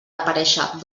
aparèixer